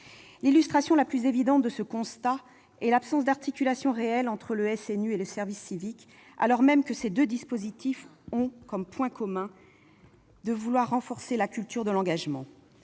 L'illustration la plus évidente de ce constat est l'absence d'articulation réelle entre le service national universel et le service civique, alors même que ces deux dispositifs ont comme point commun de vouloir renforcer la culture de l'engagement.